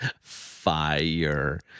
fire